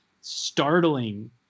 startling